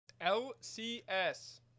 LCS